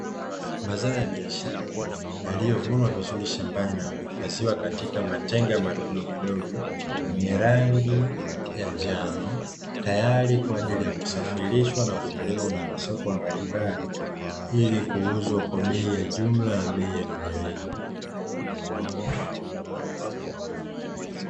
Mazao ya biashara yaliyovunwa vizuri shambani na kuhifadhia katika matenga madogomadogo yenye rangi ya njano, tayari kwa ajili ya kusafirishwa na kupelekwa katika masoko mbalimbali ili kuuzwa kwa bei ya jumla na bei ya rejareja.